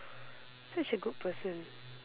such a good person